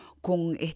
con